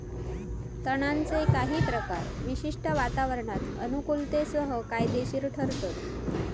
तणांचे काही प्रकार विशिष्ट वातावरणात अनुकुलतेसह फायदेशिर ठरतत